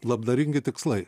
labdaringi tikslai